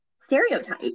stereotype